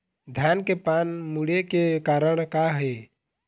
धान के पान मुड़े के कारण का हे?